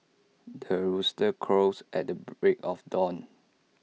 the rooster crows at the break of dawn